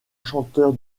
chanteur